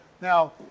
now